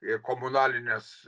i komunalines